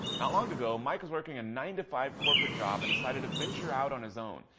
not long ago, mike was working a nine to five corporate job and decided to venture out on his own,